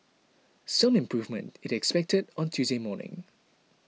some improvement is expected on Tuesday morning